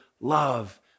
love